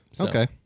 Okay